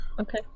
Okay